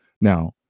Now